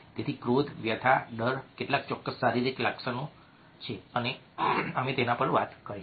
તેથી ક્રોધ વ્યથા ડર કેટલાક ચોક્કસ શારીરિક લક્ષણો છે અમે તેના વિશે વાત કરીશું